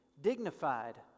dignified